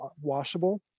washable